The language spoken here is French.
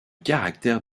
caractère